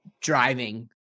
driving